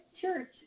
church